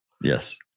Yes